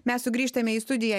mes sugrįžtame į studiją